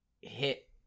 hit